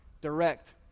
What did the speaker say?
direct